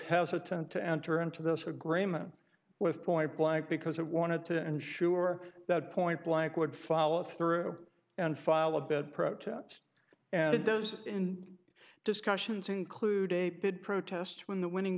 hesitant to enter into this agreement with point blank because it wanted to ensure that point blank would follow through and file a bit protest and it does in discussions include a pid protest when the winning